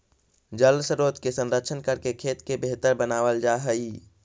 जलस्रोत के संरक्षण करके खेत के बेहतर बनावल जा हई